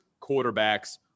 quarterbacks